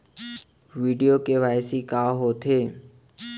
video KYC का होथे